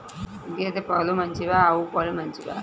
గేద పాలు మంచివా ఆవు పాలు మంచివా?